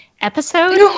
episode